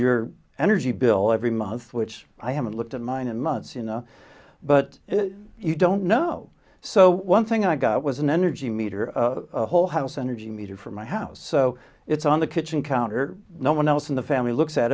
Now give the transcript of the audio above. your energy bill every month which i haven't looked at mine in my you know but you don't know so one thing i got was an energy meter a whole house energy meter from my house so it's on the kitchen counter no one else in the family looks at